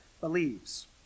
believes